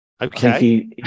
Okay